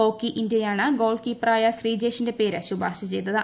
hockey ഇന്ത്യയാണ് goal കീപ്പറായ ശ്രീജേഷിന്റെ പേര് ശുപാർശ ചെയ്തത്